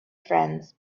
friends